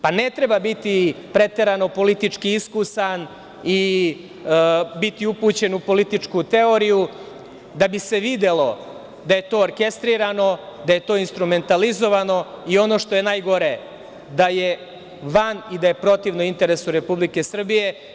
Pa ne treba biti preterano politički iskusan i biti upućen u političku teoriju da bi se videlo da je to orkestrirano, da je to instrumentalizovano i ono što je najgore, da je van i da je protivno interesu Republike Srbije.